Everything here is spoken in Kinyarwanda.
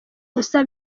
ubusa